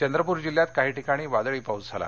चंद्रपूर जिल्ह्यात काही ठिकाणी वादळी पाऊस झाला